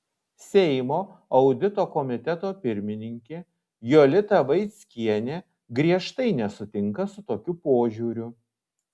seimo audito komiteto pirmininkė jolita vaickienė griežtai nesutinka su tokiu požiūriu